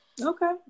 Okay